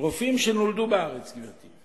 רופאים שלמדו בארץ, גברתי,